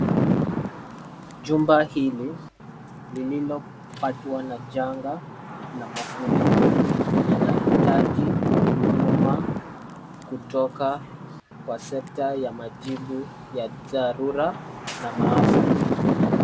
Jumba hili lililopatwa na janga la mafuriko linahitaji huduma kutoka kwa sekta ya majibu ya dharura na maafa.